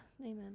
Amen